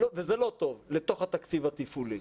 וזה לא טוב, לתוך התקציב התפעולי.